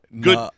Good